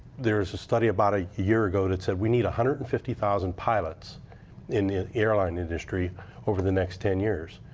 this is a study about a year ago that said, we need one hundred and fifty thousand pilots in the airline industry over the next ten years.